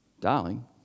darling